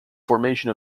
formation